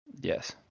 Yes